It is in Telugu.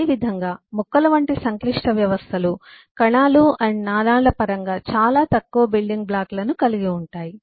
అదేవిధంగా మొక్కల వంటి సంక్లిష్ట వ్యవస్థలు కణాలు నాళాల పరంగా చాలా తక్కువ బిల్డింగ్ బ్లాక్లను కలిగి ఉంటాయి